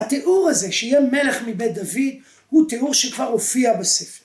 ‫התיאור הזה, שיהיה מלך מבית דוד, ‫הוא תיאור שכבר הופיע בספר.